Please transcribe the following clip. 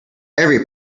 every